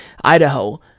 Idaho